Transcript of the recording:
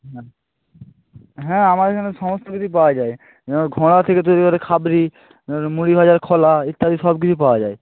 হ্যাঁ হ্যাঁ আমার এখানে সমস্ত কিছুই পাওয়া যায় ঘড়া থেকে তৈরি করে খাবরি মুড়ি ভাজার খোলা ইত্যাদি সব কিছু পাওয়া যায়